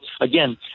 again